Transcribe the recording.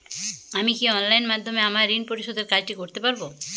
আমি কি অনলাইন মাধ্যমে আমার ঋণ পরিশোধের কাজটি করতে পারব?